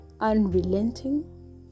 Unrelenting